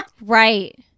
Right